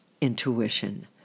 intuition